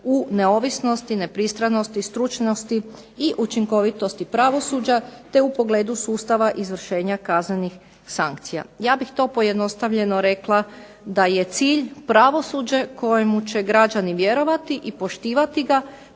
u neovisnosti, nepristranosti, stručnosti i učinkovitosti pravosuđa, te u pogledu sustava izvršenja kaznenih sankcija. Ja bih to pojednostavljeno rekla da je cilj pravosuđe kojemu je građani vjerovati i poštivati ga,